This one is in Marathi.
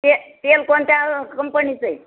ते तेल कोणत्या कंपनीचं आहे